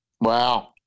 Wow